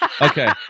Okay